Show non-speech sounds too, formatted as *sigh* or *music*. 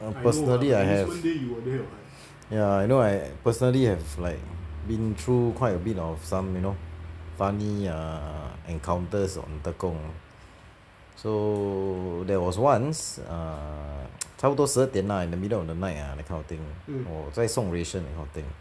I personally I have ya I know I personally have like been through quite a bit of some you know funny err encounters on tekong so there was once err *noise* 差不多十二点 in the middle of the night ah that kind of thing 我在送 ration that kind of thing